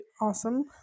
awesome